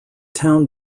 town